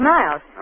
Miles